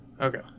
Okay